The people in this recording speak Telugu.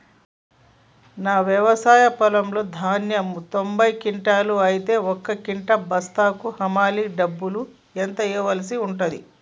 నా వ్యవసాయ పొలంలో ధాన్యాలు తొంభై క్వింటాలు అయితే ఒక క్వింటా బస్తాకు హమాలీ డబ్బులు ఎంత ఇయ్యాల్సి ఉంటది?